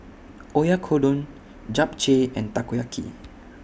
Oyakodon Japchae and Takoyaki